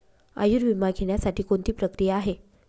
आयुर्विमा घेण्यासाठी कोणती प्रक्रिया आहे?